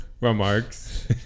remarks